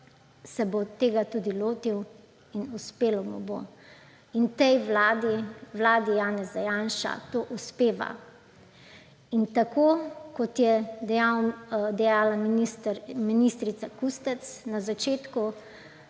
se bo tega tudi lotil in uspelo mu bo. In tej vladi, vladi Janeza Janša to uspeva. In tako kot je dejala ministrica Kustec na začetku